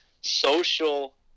social